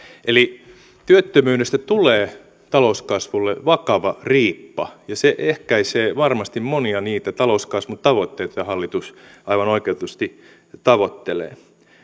eli työttömyydestä tulee talouskasvulle vakava riippa ja se ehkäisee varmasti monia niitä talouskasvun tavoitteita joita hallitus aivan oikeutetusti tavoittelee